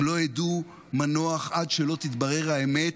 הם לא ידעו מנוח עד שלא תתברר האמת,